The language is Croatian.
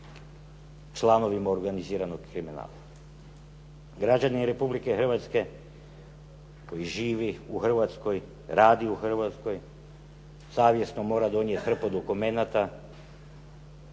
članovima organiziranog kriminala. Građani Republike Hrvatske koji živi u Hrvatskoj, radi u Hrvatskoj savjesno mora donijeti hrpu dokumenata,